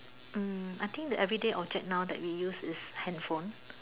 hmm I think the everyday object now we use is hand phone